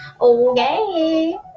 Okay